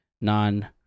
non